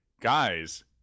Guys